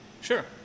sure